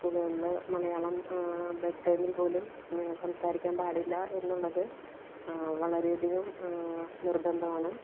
സ്കൂളുകളില് മലയാളം ബ്രേക്ക് ടൈമിൽ പോലും സംസാരിക്കാൻ പാടില്ല എന്നുള്ളത് വളരെയധികം നിർബന്ധമാണ്